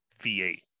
V8